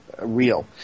real